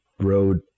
Road